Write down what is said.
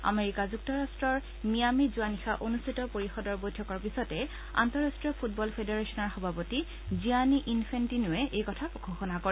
America যুক্তৰাট্টৰ মিয়ামিত যোৱা নিশা অনুষ্ঠিত পৰিষদৰ বৈঠকৰ পিছতে আন্তঃৰাট্টীয় ফুটবল ফেডাৰেখনৰ সভাপতি জিয়ানি ইনফেন্টিনোৱে এই কথা ঘোষণা কৰে